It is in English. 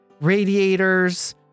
radiators